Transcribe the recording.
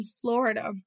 Florida